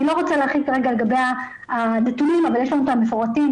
אני לא רוצה להרחיב כרגע לגבי הנתונים אבל יש לנו אותם מפורטים,